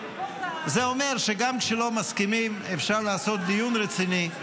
זה אומר שגם כשלא מסכימים, אפשר לעשות דיון רציני,